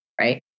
right